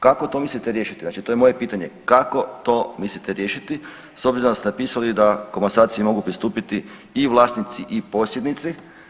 Kako to mislite riješit, znači to je moje pitanje, kako to mislite riješiti s obzirom da ste napisali da komasaciji mogu pristupiti i vlasnici i posjednici?